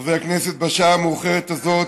חברי הכנסת, בשעה המאוחרת הזאת